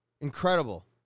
incredible